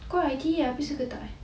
kau I_T_E habis ke tak eh